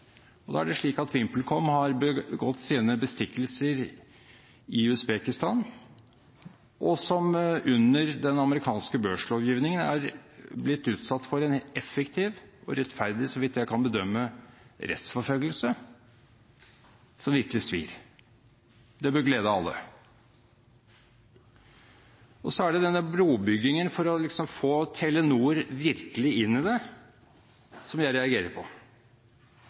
det. Da er det slik at VimpelCom har begått sine bestikkelser i Usbekistan og under den amerikanske børslovgivningen blitt utsatt for en effektiv og rettferdig, så vidt jeg kan bedømme, rettsforfølgelse som virkelig svir. Det bør glede alle. Så er det denne brobyggingen for å få Telenor virkelig inn i det, som jeg reagerer på.